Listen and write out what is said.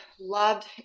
loved